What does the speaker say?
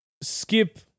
skip